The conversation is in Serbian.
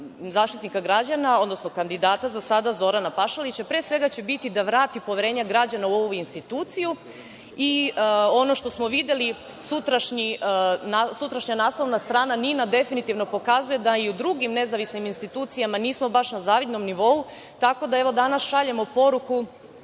Zaštitnika građana, odnosno kandidata za sada, Zorana Pašalića, pre svega će biti da vrati poverenje građana u ovu instituciju. Ono što smo videli, sutrašnja naslovna strana „NIN-a“ definitivno pokazuje da i u drugim nezavisnim institucijama nismo baš na zavidnom nivou, tako da, evo danas šaljemo poruku